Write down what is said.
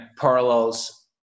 parallels